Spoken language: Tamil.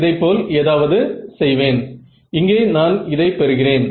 இதையே நீங்கள் இங்கே பெறுவீர்கள்